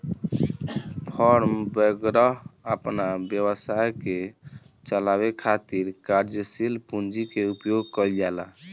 form वैगरह अपना व्यवसाय के चलावे खातिर कार्यशील पूंजी के उपयोग कईल जाला